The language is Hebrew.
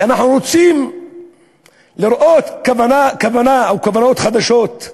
ואנחנו רוצים לראות כוונה או כוונות חדשות,